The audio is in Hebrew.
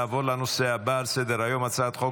נעבור לנושא הבא על סדר-היום: הצעת חוק